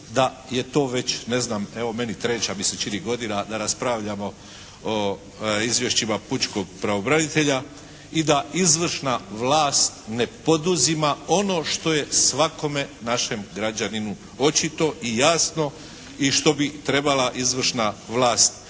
da je to već, ne znam, evo meni treća mi se čini godina da raspravljamo o izvješćima pučkog pravobranitelja i da izvršna vlast ne poduzima ono što je svakome našem građaninu očito i jasno i što bi trebala izvršna vlast